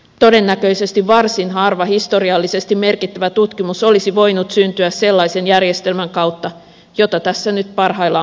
todennäköisesti varsin harva historiallisesti merkittävä tutkimus olisi voinut syntyä sellaisen järjestelmän kautta jota tässä nyt parhaillaan kaavaillaan